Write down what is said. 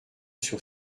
sur